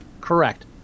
Correct